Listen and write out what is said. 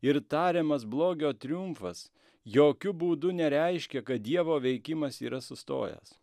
ir tariamas blogio triumfas jokiu būdu nereiškia kad dievo veikimas yra sustojęs